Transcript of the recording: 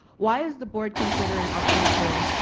why is the board considering option two?